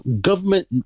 government